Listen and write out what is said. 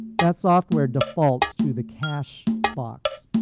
that software defaults to the cash box,